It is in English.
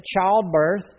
childbirth